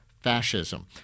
fascism